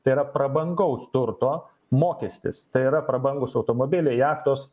tai yra prabangaus turto mokestis tai yra prabangūs automobiliai jachtos